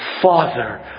Father